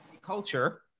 culture